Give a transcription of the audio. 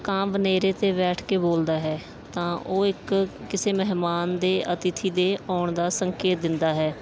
ਕਾਂ ਬਨੇਰੇ 'ਤੇ ਬੈਠ ਕੇ ਬੋਲਦਾ ਹੈ ਤਾਂ ਉਹ ਇੱਕ ਕਿਸੇ ਮਹਿਮਾਨ ਦੇ ਅਤਿਥੀ ਦੇ ਆਉਣ ਦਾ ਸੰਕੇਤ ਦਿੰਦਾ ਹੈ